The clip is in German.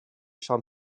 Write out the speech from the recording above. schon